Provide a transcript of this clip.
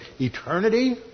eternity